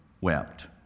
wept